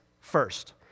first